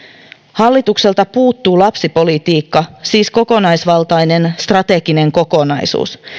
hallitukselta puuttuu lapsipolitiikka siis kokonaisvaltainen strateginen kokonaisuus